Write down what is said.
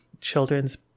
children's